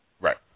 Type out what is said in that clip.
Right